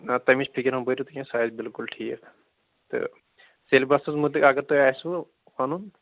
آ تَمِچ فِکٔر مٔہ بٔرِو کیٚنٛہہ سُہ آسہِ بِلکُل ٹھیٖک تہٕ سیلبَسس مُتعلِق اَگرہَے آسوٕ وَنُن